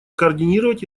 координировать